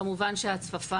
כמובן שההצפפה